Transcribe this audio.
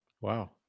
wow